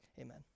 Amen